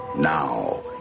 Now